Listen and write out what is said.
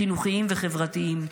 חינוכיים וחברתיים.